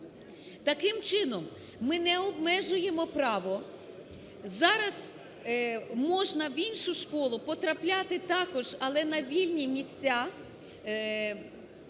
Таким чином, ми не обмежуємо право, зараз можна в іншу школу потрапляти також, але на вільні місця